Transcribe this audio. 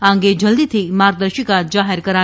આ અંગે જલ્દીથી માર્ગદર્શિકા જાહેર કરાશે